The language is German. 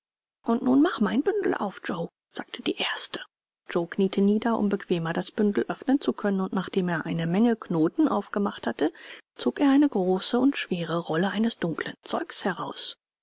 und nun mach mein bündel auf joe sagte die erste joe kniete nieder um bequemer das bündel öffnen zu können und nachdem er eine große menge knoten aufgemacht hatte zog er eine große und schwere rolle eines dunklen zeugs heraus